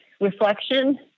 reflection